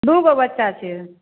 दूगो बच्चा छै